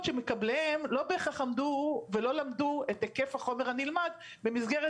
שמקבליהם לא בהכרח עמדו ולא למדו את היקף החומר הנלמד במסגרת